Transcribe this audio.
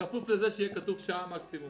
בכפוף לזה שיהיה כתוב שעה מקסימום.